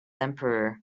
emperor